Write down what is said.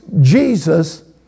Jesus